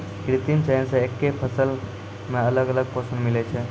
कृत्रिम चयन से एक्के फसलो मे अलग अलग पोषण मिलै छै